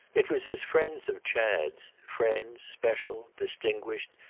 it was as friends of chad's, friends special, distinguished,